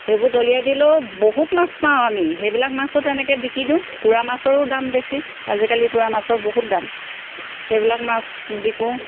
সেইবোৰ দলিয়াই দিলে বহুত মাছ পাওঁ আমি সেইবিলাক মাছো তেনেকে বিকি দিওঁ তোৰা মাছৰো দাম বেছি আজিকালি তোৰা মাছৰ বহুত দাম সেইবিলাক মাছ বিকো